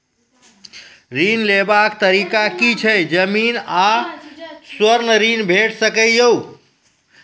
ऋण लेवाक तरीका की ऐछि? जमीन आ स्वर्ण ऋण भेट सकै ये?